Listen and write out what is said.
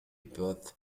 broad